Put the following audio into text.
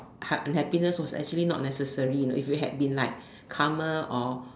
unhappiness was actually not necessary you know if you had been like calmer or